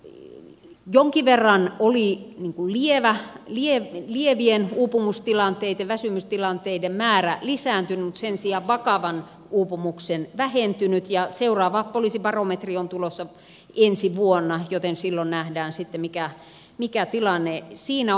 jonkin verran oli lievien uupumustilanteiden ja väsymystilanteiden määrä lisääntynyt mutta sen sijaan vakavan uupumuksen määrä oli vähentynyt ja seuraava poliisibarometri on tulossa ensi vuonna joten silloin nähdään sitten mikä tilanne siinä on